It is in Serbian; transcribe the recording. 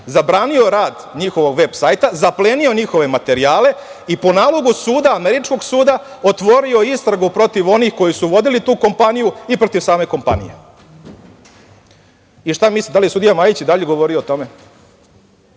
zabranio rad njihovog veb sajta, zaplenio njihove materijale i po nalogu američkog suda otvorio istragu protiv onih koji su vodili tu kompaniju i protiv same kompanije. Šta mislite, da li je sudija Majić i dalje govorio o tome?